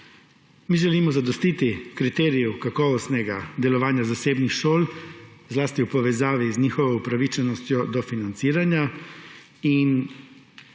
Mi želimo zadostiti kriteriju kakovostnega delovanja zasebnih šol, zlasti v povezavi z njihovo opravičenostjo do financiranja.